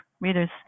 readers